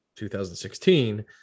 2016